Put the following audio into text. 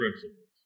principles